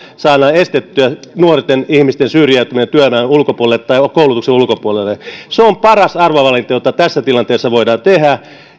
saadaan estettyä nuorten ihmisten syrjäytyminen työelämän ulkopuolelle tai koulutuksen ulkopuolelle se on paras arvovalinta mikä tässä tilanteessa voidaan tehdä